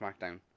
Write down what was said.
SmackDown